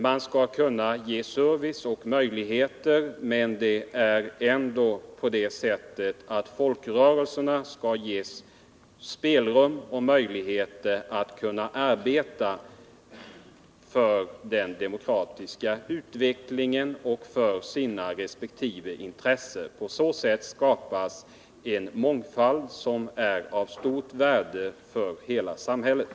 Man skall kunna erbjuda dem service, men de skall beredas spelrum och möjligheter att arbeta för den demokratiska utvecklingen och för sina resp. intressen och idéer. På så sätt skapas en mångfald i folkrörelsearbetet som är av stort värde för hela samhället.